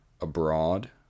abroad